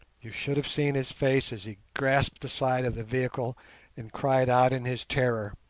you should have seen his face as he grasped the side of the vehicle and cried out in his terror.